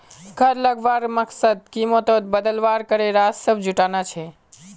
कर लगवार मकसद कीमतोत बदलाव करे राजस्व जुटाना छे